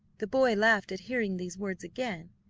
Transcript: the boy laughed at hearing these words again,